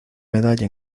medalla